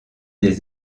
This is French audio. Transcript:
des